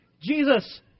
Jesus